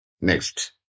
Next